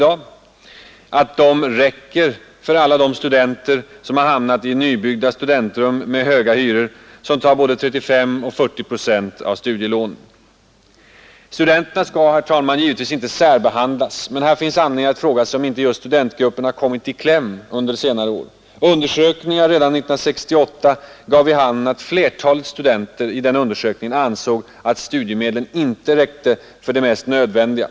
Att de räcker för alla dem som har hamnat i nybyggda studentrum med höga hyror som tar både 35 och 40 procent av studielånet. Studenterna skall givetvis inte särbehandlas, men det finns anledning att fråga sig om inte just studentgruppen har kommit i kläm under senare år. Undersökningar redan 1968 gav vid handen att flertalet studenter ansåg att studiemedlen inte räckte för det mest nödvändiga.